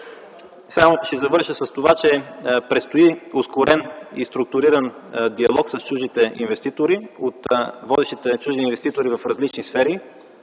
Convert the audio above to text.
Ще завърша с това, че предстои ускорен и структуриран диалог с чуждите инвеститори от водещите чужди инвеститори в различни сфери,